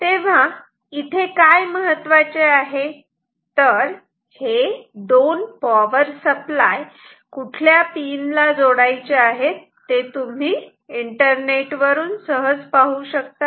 तर इथे काय महत्त्वाचे आहे तर हे 2 पॉवर सप्लाय कुठल्या पिनला जोडायचे आहेत ते तुम्ही इंटरनेटवर सहज पाहू शकतात